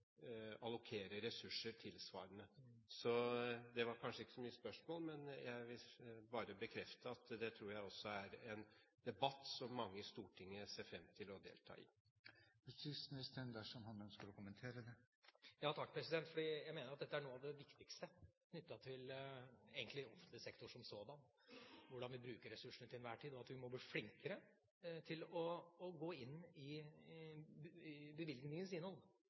allokere ressurser tilsvarende. Det var kanskje ikke så mye spørsmål, men jeg vil bare bekrefte at det tror jeg også er en debatt som mange i Stortinget ser fram til å delta i. Justisministeren – dersom han ønsker å kommentere det. Ja takk, president, for jeg mener at noe av det viktigste knyttet til offentlig sektor som sådan er hvordan vi bruker ressursene til enhver tid, og at vi må bli flinkere til å gå inn i